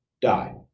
die